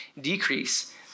decrease